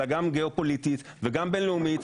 אלא גם גיאופוליטית וגם בין-לאומית.